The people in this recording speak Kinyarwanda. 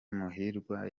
muhirwa